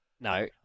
No